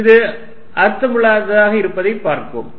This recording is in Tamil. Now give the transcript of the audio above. F114π0Qqx2a2432 அது அர்த்தமுள்ளதாக இருப்பதைப் பார்ப்போம்